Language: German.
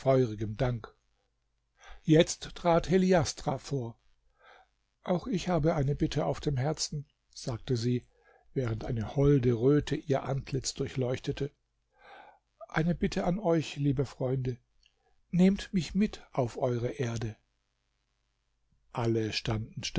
dank jetzt trat heliastra vor auch ich habe eine bitte auf dem herzen sagte sie während eine holde röte ihr antlitz durchleuchtete eine bitte an euch liebe freunde nehmt mich mit auf eure erde alle standen